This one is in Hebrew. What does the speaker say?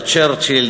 על צ'רצ'יל,